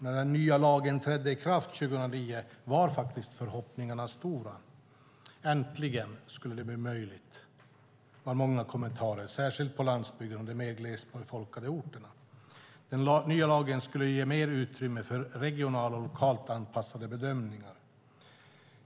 När den nya lagen trädde i kraft 2009 var förhoppningarna stora. Äntligen skulle det bli möjligt, löd många kommentarer särskilt på landsbygden och i de mer glesbefolkade orterna. Den nya lagen skulle ge mer utrymme för regionalt och lokalt anpassade bedömningar.